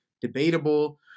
debatable